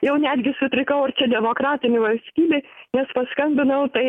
jau netgi sutrikau ar čia demokratinė valstybė nes paskambinau tai